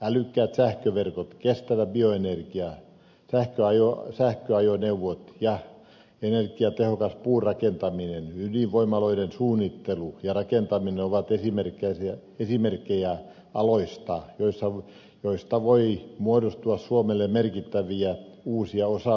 älykkäät sähköverkot kestävä bioenergia sähköajoneuvot ja energiatehokas puurakentaminen ydinvoimaloiden suunnittelu ja rakentaminen ovat esimerkkejä aloista joista voi muodostua suomelle merkittäviä uusia osaamis ja vientialoja